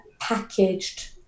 packaged